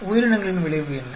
உயிரினங்களின் விளைவு என்ன